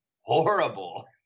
horrible